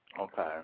Okay